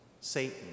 Satan